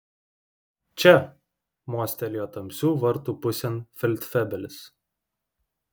čia mostelėjo tamsių vartų pusėn feldfebelis